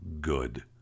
good